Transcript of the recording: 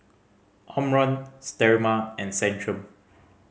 Omron Sterimar and Centrum